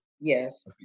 Yes